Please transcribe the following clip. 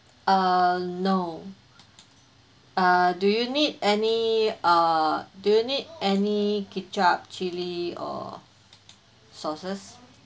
err no err do you need any err do you need any ketchup chili or sauces